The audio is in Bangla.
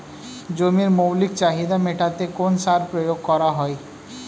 জমির মৌলিক চাহিদা মেটাতে কোন সার প্রয়োগ করা হয়?